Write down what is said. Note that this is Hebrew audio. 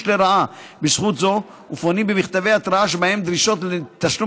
לרעה בזכות זו ופונים במכתבי התראה ובהם דרישות לתשלום